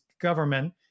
government